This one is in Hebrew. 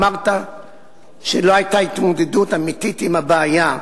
אמרת שלא היתה התמודדות אמיתית עם הבעיה,